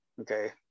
Okay